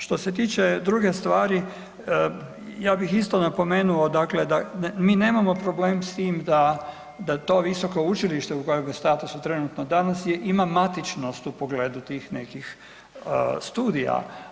Što se tiče druge stvari, ja bih isto napomenuo dakle da, mi nemamo problem s tim da, da to visoko učilište u kojem statusu je trenutno danas je, ima matičnost u pogledu tih nekih studija.